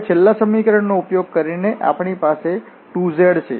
હવે આ છેલ્લા સમીકરણનો ઉપયોગ કરીને આપણી પાસે 2 z છે